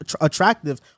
attractive